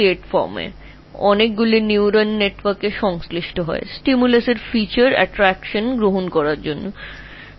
নেটওয়ার্কে উপস্থিত অনেকগুলি নিউরন উদ্দীপনাযুক্ত সমস্ত বৈশিষ্ট্যের আকর্ষণ গ্রহণের সাথে যুক্ত হবে